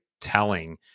telling